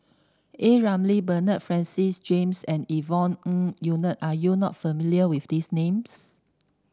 A Ramli Bernard Francis James and Yvonne Ng Uhde are you not familiar with these names